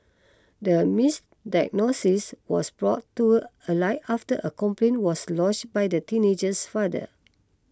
the misdiagnosis was brought to a light after a complaint was lodged by the teenager's father